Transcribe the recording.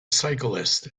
cyclists